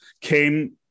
came